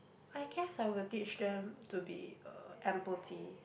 I guess I would teach them to be uh empathy